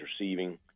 receiving